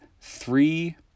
three